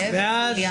מי נמנע?